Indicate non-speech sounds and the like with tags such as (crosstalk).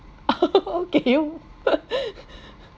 (laughs) okay